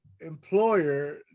employer